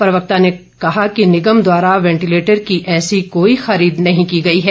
प्रवक्ता ने कहा कि निगम द्वारा वेंटिलेटर की ऐसी कोई खरीद नहीं की गई है